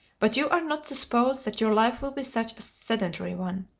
but you are not to suppose that your life will be such a sedentary one.